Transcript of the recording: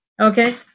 Okay